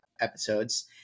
episodes